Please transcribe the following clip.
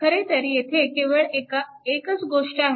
खरेतर येथे केवळ एकच गोष्ट आहे